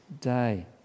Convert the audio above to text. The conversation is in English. day